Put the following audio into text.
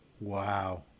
Wow